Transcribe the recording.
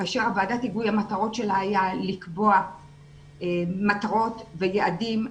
כאשר המטרות שלה היו לקבוע מטרות ויעדים,